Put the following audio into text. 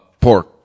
pork